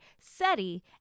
SETI